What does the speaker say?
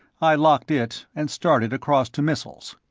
i locked it, and started across to missiles.